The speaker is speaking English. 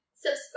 subscribe